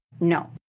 No